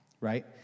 right